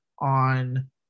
on